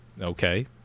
Okay